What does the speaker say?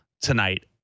tonight